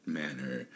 manner